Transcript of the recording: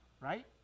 right